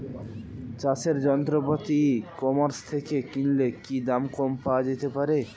চাষের যন্ত্রপাতি ecommerce থেকে কিনলে কি দাম কম পাওয়া যেতে পারে?